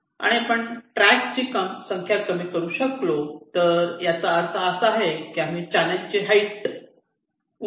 आणि आपण ट्रॅकची संख्या कमी करू शकलो तर याचा अर्थ असा आहे की आम्ही चॅनेलची हाईट उंची कमी करीत आहोत